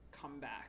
comeback